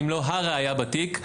אם לא הראיה בתיק.